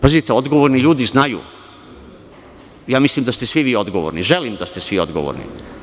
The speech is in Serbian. Pazite, odgovorni ljudi znaju, Mislim da ste svi vi odgovorni, želim da ste svi odgovorni.